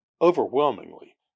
overwhelmingly